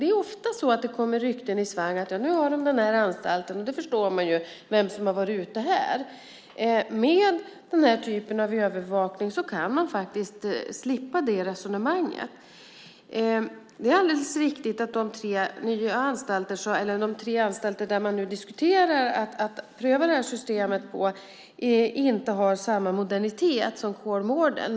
Det är ofta så att det kommer rykten i svang och folk säger: Nu har vi den här anstalten, och det förstår man ju vem som har varit ute här! Med den här typen av övervakning kan man slippa det resonemanget. Det är alldeles riktigt att de tre anstalter där man nu diskuterar att pröva systemet inte har samma modernitet som Kolmården.